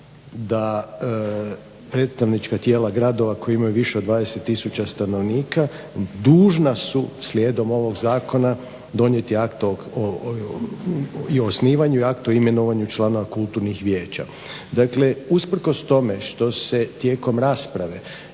da predstavnička tijela gradova koji imaju više od 20 tisuća stanovnika dužna su slijedom ovog zakona donijeti akt o osnivanju i akt o imenovanju članova kulturnih vijeća. Dakle, usprkos tome što se tijekom rasprave